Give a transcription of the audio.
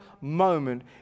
moment